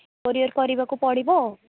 courier କରିବାକୁ ପଡ଼ିବ ଆଉ